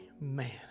man